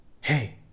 Hey